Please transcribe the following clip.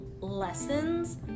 lessons